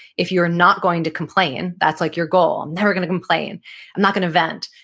if you are not going to complain, that's like your goal. i'm never going to complain i'm not going to vent.